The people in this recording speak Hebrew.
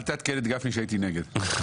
אל תעדכן את גפני שהייתי נגד.